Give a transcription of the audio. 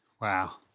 Wow